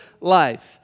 life